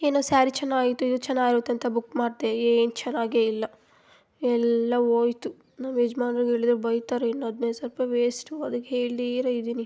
ಏನೋ ಸ್ಯಾರಿ ಚೆನ್ನಾಗಿತ್ತು ಇದು ಚೆನ್ನಾಗಿರುತ್ತಂತ ಬುಕ್ ಮಾಡಿದೆ ಏನು ಚೆನ್ನಾಗೆ ಇಲ್ಲ ಎಲ್ಲ ಹೋಯ್ತು ನಮ್ಮ ಯಜ್ಮಾನ್ರಗೇಳಿದ್ರೆ ಬೈತಾರೆ ಇನ್ನು ಹದಿನೈದು ಸಾವ್ರ ರೂಪಾಯ್ ವೇಸ್ಟು ಅದಕ್ಕೆ ಹೇಳ್ದೀರ ಇದೀನಿ